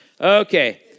Okay